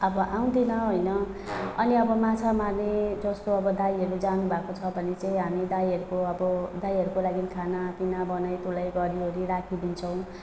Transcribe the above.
अब आउँदैन होइन अनि अब माछा मार्ने जस्तो अब दाइहरू जानुभएको छ भने चाहिँ हामी दाइहरूको अब दाइहरूको लागि खानापिना बनाइतुलाइ गरिओरि राखिदिन्छौँ